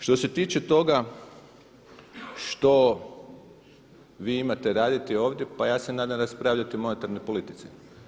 Što se tiče toga što vi imate raditi ovdje, pa ja se nadam raspravljati o monetarnoj politici.